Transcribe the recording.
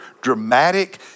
dramatic